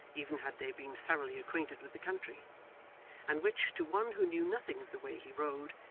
even had they been thoroughly acquainted with the country and which, to one who knew nothing of the way he rode,